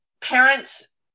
parents